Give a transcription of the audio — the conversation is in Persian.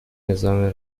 نظام